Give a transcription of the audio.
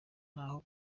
ntaho